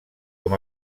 com